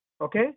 okay